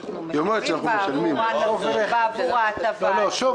אנחנו משתתפים בעבור ההטבה הזו.